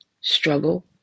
struggle